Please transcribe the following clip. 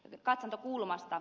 varapuhemies